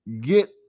get